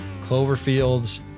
Cloverfields